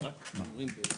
באזור רגיל,